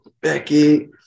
Becky